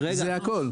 זה הכל.